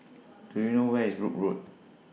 Do YOU know Where IS Brooke Road